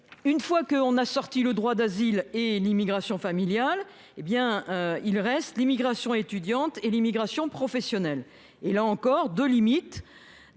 Une fois qu’on a exclu le droit d’asile et l’immigration familiale, il reste l’immigration étudiante et l’immigration professionnelle. Là, je vois deux limites.